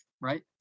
right